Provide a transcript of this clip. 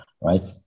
right